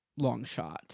Longshot